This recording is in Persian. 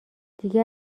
دیگه